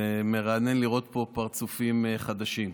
זה מרענן לראות פה פרצופים חדשים.